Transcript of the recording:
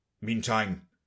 Meantime